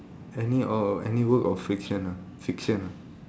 any oh any work of fiction ah fiction ah